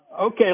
Okay